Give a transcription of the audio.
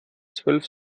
zwölf